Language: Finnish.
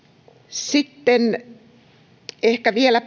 sitten ehkä vielä